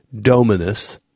Dominus